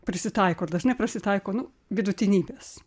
prisitaiko ir neprisitaiko nu vidutinybės